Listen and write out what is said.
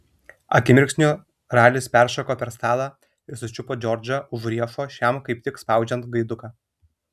akimirksniu ralis peršoko per stalą ir sučiupo džordžą už riešo šiam kaip tik spaudžiant gaiduką